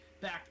back